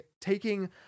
taking